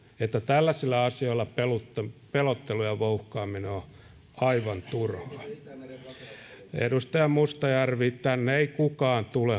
että tällaisilla asioilla pelottelu pelottelu ja vouhkaaminen on aivan turhaa edustaja mustajärvi tänne ei kukaan tule